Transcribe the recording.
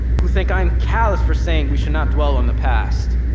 who think i am callous for saying we should not dwell on the past.